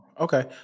Okay